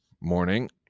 Morning